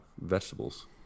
vegetables